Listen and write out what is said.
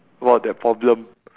about that problem